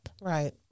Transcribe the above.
Right